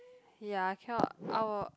ya I cannot I will